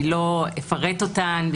לא אפרט אותן,